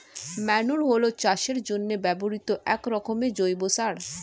manure হলো চাষের জন্য ব্যবহৃত একরকমের জৈব সার